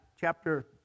chapter